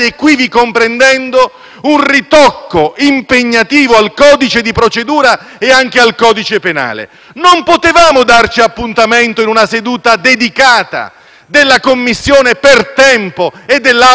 un ritocco impegnativo al codice di procedura e anche al codice penale? Non potevamo darci appuntamento in una seduta dedicata della Commissione per tempo e dell'Assemblea per tempo?